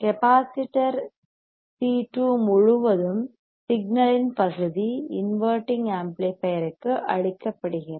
capacitor C 2 முழுவதும் சிக்னலின் பகுதி இன்வெர்ட்டிங் ஆம்ப்ளிபையர்யுக்கு அளிக்கப்படுகிறது